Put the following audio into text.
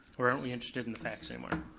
or aren't we interested in the facts anymore?